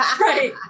Right